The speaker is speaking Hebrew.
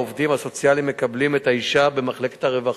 העובדים הסוציאליים מקבלים את האשה במחלקת הרווחה,